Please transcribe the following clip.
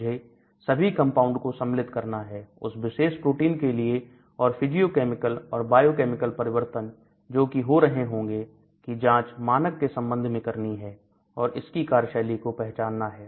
मुझे सभी कंपाउंड को सम्मिलित करना है उस विशेष प्रोटीन के लिए और फिजियो केमिकल और बायोकेमिकल परिवर्तन जो कि हो रहे होंगे की जांच मानक के संबंध में करनी है और इसकी कार्यशैली को पहचानना है